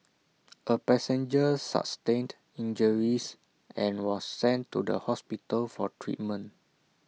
A passenger sustained injuries and was sent to the hospital for treatment